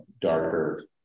darker